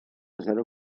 zero